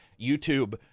YouTube